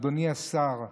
אדוני השר,